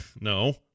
No